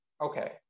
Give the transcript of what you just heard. okay